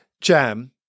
Jam